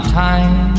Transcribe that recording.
time